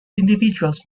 individuals